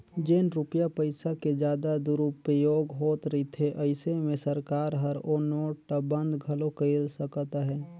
जेन रूपिया पइसा के जादा दुरूपयोग होत रिथे अइसे में सरकार हर ओ नोट ल बंद घलो कइर सकत अहे